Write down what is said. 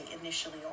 initially